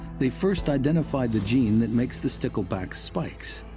they first identified the gene that makes the stickleback's spikes.